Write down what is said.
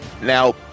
Now